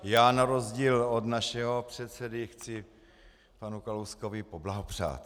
Já na rozdíl od našeho předsedy chci panu Kalouskovi poblahopřát.